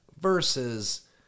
versus